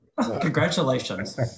Congratulations